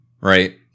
right